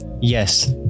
Yes